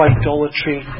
idolatry